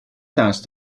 test